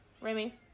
Remy